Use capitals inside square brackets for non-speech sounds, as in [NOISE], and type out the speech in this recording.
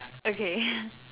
okay [BREATH]